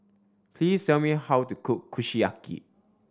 please tell me how to cook Kushiyaki